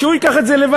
שהוא ייקח את זה לבד,